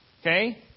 Okay